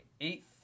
eighth